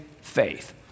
faith